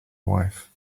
wife